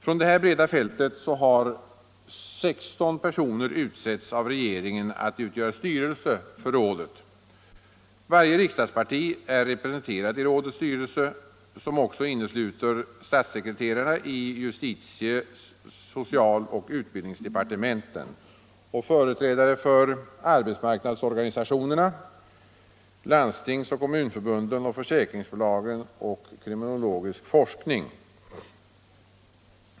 Från det här breda fältet har 16 personer utsetts av regeringen att utgöra styrelse för rådet. Varje riksdagsparti är representerat i rådets styrelse, som också innesluter statssekreterarna i justitie-, social och utbildningsdepartementen, företrädare för arbetsmarknadsorganisationerna, landstings och kommunförbunden, försäkringsbolagen och kriminologisk forskning.